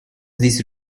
this